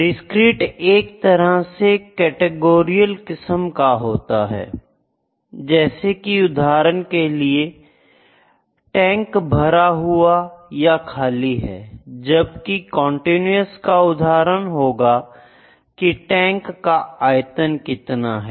discrete एक तरह से काटेगोरिकाल किस्म का होता है जैसे कि उदाहरण के लिए टैंक भरा हुआ या खाली है जबकि कंटीन्यूअस का उदाहरण होगा की टैंक का आयतन कितना है